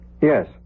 Yes